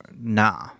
nah